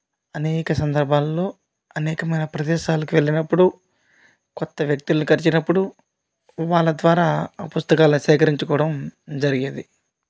అనేక సందర్భాల్లో అనేకమైన ప్రదేశాలకు వెళ్ళినప్పుడు కొత్త వ్యక్తులని కలసినప్పుడు వాళ్ళ ద్వారా పుస్తకాల సేకరించుకోవడం జరిగేది